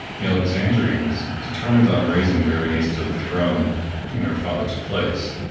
the alexandrians determined on raising berenice to the throne in her father's place,